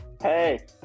hey